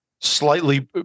slightly